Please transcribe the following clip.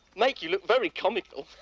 make you look very comical.